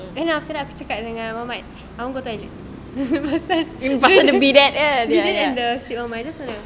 then after that aku cakap dengan muhammad I want go toilet pasal you think on the seat I'm just like